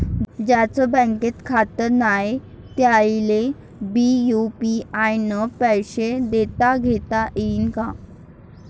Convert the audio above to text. ज्याईचं बँकेत खातं नाय त्याईले बी यू.पी.आय न पैसे देताघेता येईन काय?